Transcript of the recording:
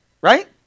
Right